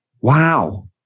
Wow